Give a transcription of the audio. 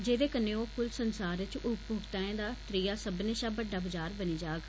जेदे कन्नै ओह् कुल संसार इच उपभोक्ताएं दा त्रीआ सब्मनें शा बड्डा बनार बनी जाग